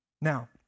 Now